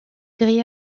gris